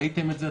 ראיתם את זה,